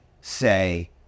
say